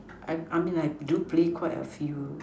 I mean like do play quite a few